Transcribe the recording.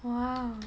!wah!